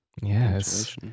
Yes